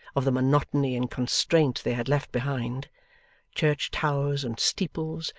of the monotony and constraint they had left behind church towers and steeples,